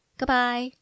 Goodbye